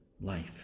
life